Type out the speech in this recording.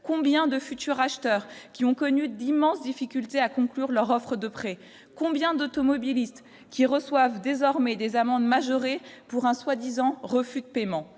combien de futurs acheteurs qui ont connu d'immenses difficultés à conclure leur offre de près combien d'automobilistes qui reçoivent désormais des amendes majorées pour un soi-disant refus de paiement